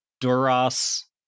Duras